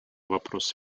вопрос